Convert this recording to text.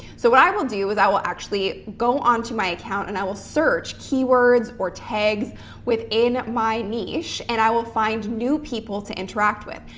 so what i will do is i will actually go onto my account and i will search keywords or tags within my niche and i will find new people to interact with.